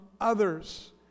others